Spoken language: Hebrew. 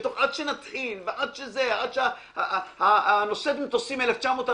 עד שנתחיל ועד שנושאת מטוסים 1944